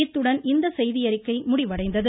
இத்துடன் இந்த செய்தியறிக்கை முடிவடைந்தது